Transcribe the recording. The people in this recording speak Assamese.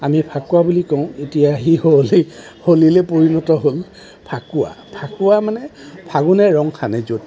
আমি ফাকুৱা বুলি কওঁ এতিয়াহে হোলী হোলীলৈ পৰিণত হ'ল ফাকুৱা ফাকুৱা মানে ফাগুণে ৰং সানে য'ত